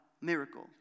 miracle